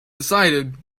decided